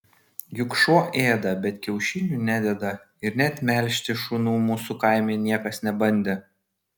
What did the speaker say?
juk šuo ėda bet kiaušinių nededa ir net melžti šunų mūsų kaime niekas nebandė